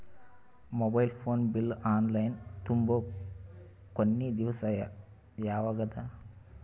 Mobile phone bill online ತುಂಬೊ ಕೊನಿ ದಿವಸ ಯಾವಗದ?